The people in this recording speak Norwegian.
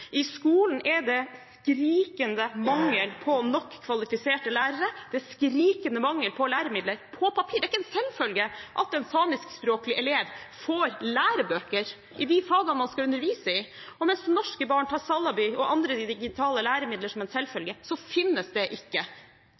I skolen er det skrikende mangel på nok kvalifiserte lærere, og det er skrikende mangel på læremidler på papir. Det er ikke en selvfølge at en samiskspråklig elev får lærebøker i de fagene det skal undervises i, og mens norske barn tar Salaby og andre digitale læremidler som en selvfølge, finnes det ikke